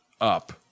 up